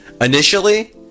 Initially